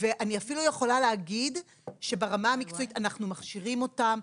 אני אפילו יכולה להגיד שברמה המקצועית אנחנו מכשירים אותם,